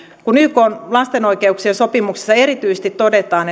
kun ykn lasten oikeuksien sopimuksessa erityisesti todetaan